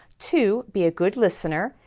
two. be a good listener,